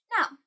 Now